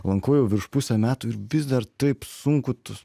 lankau jau virš pusę metų ir vis dar taip sunku tu